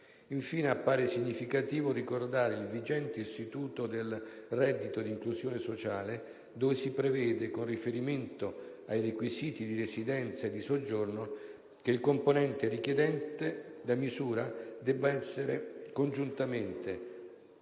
Infine, appare significativo ricordare il vigente istituto del reddito di inclusione sociale, dove si prevede, con riferimento ai requisiti di residenza e di soggiorno, che il componente richiedente la misura debba essere congiuntamente: